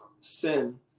sin